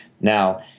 Now